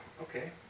Okay